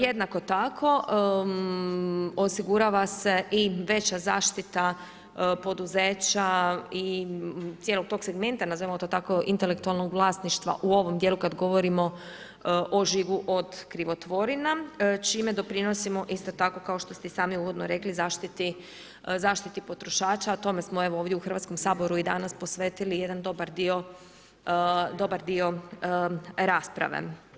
Jednako tako osigurava se i veća zaštita poduzeća i cijelog tog segmenta nazovimo to tako, intelektualnog vlasništva u ovom dijelu kad govorimo o žigu od krivotvorina čime doprinosimo isto tako kao što ste i sami uvodno rekli zaštiti potrošača, a tome smo evo ovdje u Hrvatskom saboru i danas posvetili jedan dobar dio rasprave.